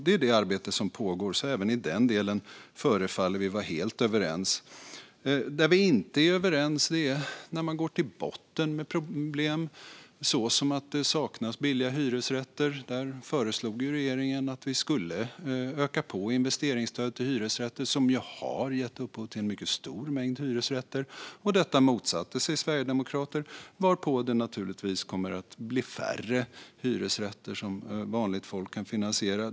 Det är det arbete som pågår, så även i den delen förefaller vi vara helt överens. Där vi inte är överens är när man går till botten med problem såsom att det saknas billiga hyresrätter. Där föreslog regeringen att vi skulle öka investeringsstödet till hyresrätter, som ju har gett upphov till en mycket stor mängd hyresrätter. Detta motsatte sig Sverigedemokraterna, varpå det naturligtvis kommer att bli färre hyresrätter som vanligt folk kan finansiera.